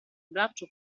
braccio